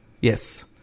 Yes